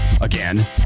again